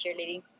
Cheerleading